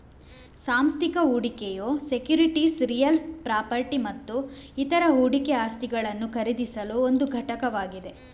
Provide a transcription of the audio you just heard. ಸಾಂಸ್ಥಿಕ ಹೂಡಿಕೆಯು securities real property ಮತ್ತು ಇತರ ಹೂಡಿಕೆ ಆಸ್ತಿಗಳನ್ನು ಖರೀದಿಸಲು ಒಂದು ಘಟಕವಾಗಿದೆ